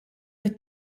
fit